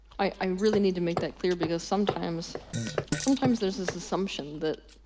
i really need to make that clear, because sometimes sometimes there is this assumption that.